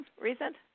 recent